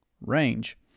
range